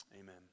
Amen